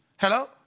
Hello